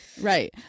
Right